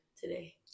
today